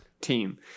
team